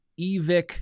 EVIC